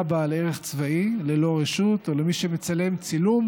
בעל ערך צבאי ללא רשות או למי שמצלם צילום